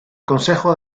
consejo